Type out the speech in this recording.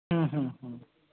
हम्म हम्म